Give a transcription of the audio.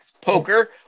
Poker